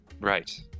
right